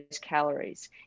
calories